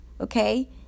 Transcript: okay